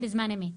בזמן אמת.